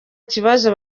kibazo